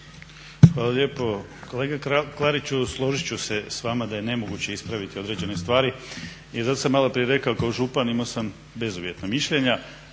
Hvala lijepo. Kolega Klariću, složit ću se s vama da je nemoguće ispraviti određene stvari i zato sam maloprije rekao kao župan imao sam bezuvjetna mišljenja,